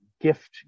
gift